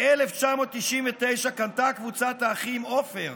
ב-1999 קנתה קבוצת האחים עופר